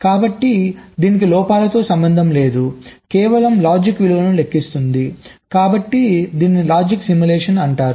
కాబట్టి దీనికి లోపాలతో సంబంధం లేదు కేవలం లాజిక్ విలువలు లెక్కిస్తుంది కాబట్టి దీనిని లాజిక్ సిమ్యులేషన్ అంటారు